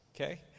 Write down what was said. okay